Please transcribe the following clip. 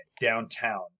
downtown